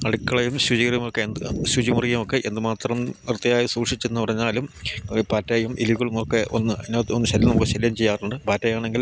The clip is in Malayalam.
അടുക്കളയും ശുചിറൂമുമൊക്കെ എന്ത് ശുചിമുറിയും ഒക്കെ എന്തുമാത്രം വൃത്തിയായി സൂക്ഷിച്ചെന്നു പറഞ്ഞാലും പാറ്റയും എലികളും ഒക്കെ വന്ന് അതിനകത്ത് വന്നു ശല്യം നമുക്ക് ശല്യം ചെയ്യാറുണ്ട് പാറ്റയാണെങ്കിൽ